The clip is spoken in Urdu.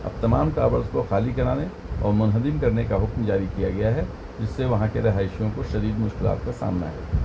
اب تمام ٹاورس کو خالی کرانے اور منہدم کرنے کا حکم جاری کیا گیا ہے جس سے وہاں کے رہائشیوں کو شدید مشکلات کا سامنا ہے